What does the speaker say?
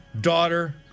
daughter